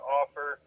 offer